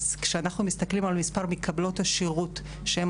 כשאנחנו מסתכלים על מספר מקבלות השירות שהן